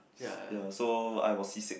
ya so I was seasick